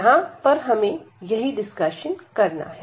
यहां पर हमें यही डिस्कशन करना है